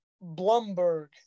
Blumberg